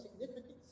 significance